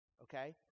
Okay